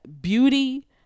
beauty